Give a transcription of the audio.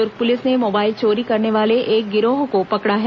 दुर्ग police ने mobile चोरी करने वाले एक गिरोह को पकड़ा है